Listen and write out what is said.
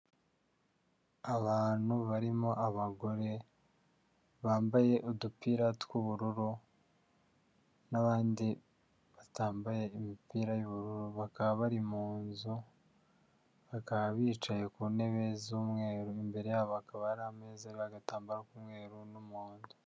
Abantu barimo abagore bambaye udupira tw'ubururu n'abandi batambaye imipira y'ubururu, bakaba bari mu nzu bakaba bicaye ku ntebe z'umweru, imbere yabo hakaba hari ameza ariho agatambaro k'umweru n'umuhondo.